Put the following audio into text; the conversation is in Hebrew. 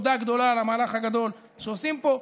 תודה גדולה על המהלך הגדול שעושים פה.